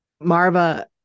marva